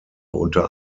unter